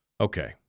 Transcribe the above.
Okay